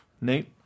Nate